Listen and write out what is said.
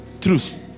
truth